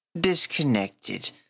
disconnected